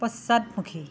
পশ্চাদমুখী